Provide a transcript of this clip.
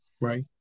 right